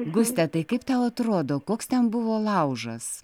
guste tai kaip tau atrodo koks ten buvo laužas